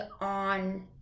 on